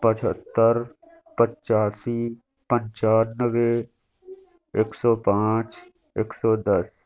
پچہتر پچاسی پنچانوے ایک سو پانچ ایک سو دس